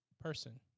person